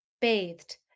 bathed